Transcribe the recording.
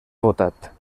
votat